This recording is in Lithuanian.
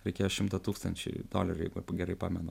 reikėjo šimto tūkstančių dolerių jeigu gerai pamenu